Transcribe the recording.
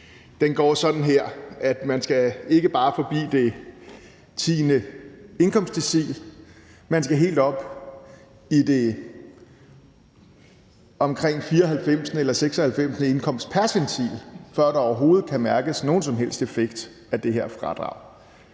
– er sådan, at man ikke bare skal forbi den 10. indkomstdecil, man skal helt op omkring den 94. eller 96. indkomstpercentil, før der overhovedet kan mærkes nogen som helst effekt af det her fradrag.